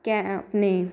क्या अपनी